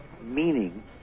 meaning